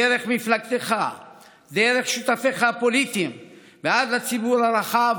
דרך מפלגתך ושותפיך הפוליטיים ועד לציבור הרחב,